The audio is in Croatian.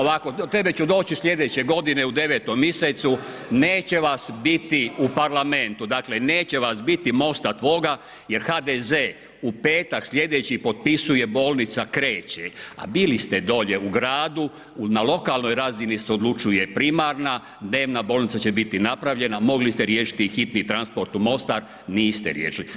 Ovako, do tebe ću doći slijedeće godine u 9. misecu, neće vas biti u parlamentu, dakle neće vas biti MOST-a tvoga jer HDZ u petak slijedeći potpisuje, bolnica kreće, a bili ste dolje u gradu na lokalnoj razini se odlučuje primarna, dnevna bolnica će biti napravljena, mogli ste riješiti i hitni transport u Mostar, niste riješili.